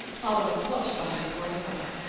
following close behind one another.